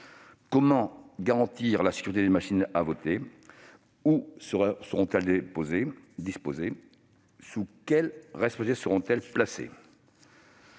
Comment garantir la sécurité des machines à voter ? Où auraient-elles été disposées ? Sous quelle responsabilité auraient-elles été placées ?